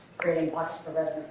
creating pockets for but